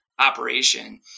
operation